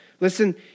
Listen